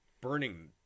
burning